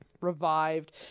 revived